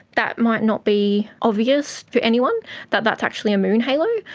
that might not be obvious to anyone that that is actually a moon halo,